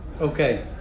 Okay